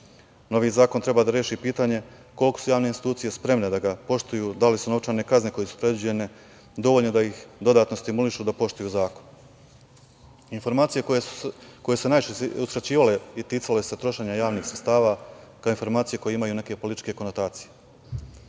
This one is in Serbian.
Novi zakon treba da reši pitanje koliko su javne institucije spremne da ga poštuju, da li su novčane kazne koje su predviđene dovoljne da ih dodatno stimulišu da poštuju zakon. Informacije koje su se najčešće uskraćivale i ticale se trošenja javnih sredstava, kao i informacije koje imaju neke političke konotacije.